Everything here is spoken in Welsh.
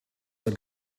fod